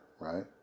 right